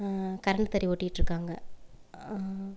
current தறி ஓடிகிட்ருக்காங்க